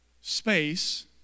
space